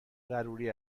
ضروری